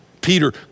Peter